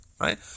right